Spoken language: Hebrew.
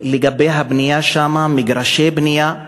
לגבי הבנייה שם, מגרשי בנייה.